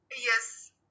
yes